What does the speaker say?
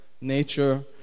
nature